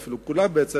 או כולם בעצם,